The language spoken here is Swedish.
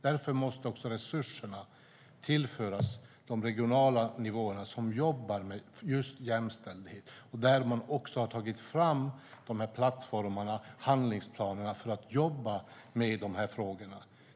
Därför måste också resurserna tillföras de regionala nivåer som jobbar med just jämställdhet och där man också har tagit fram dessa plattformar och handlingsplaner för att jobba med dessa frågor.